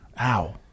Ow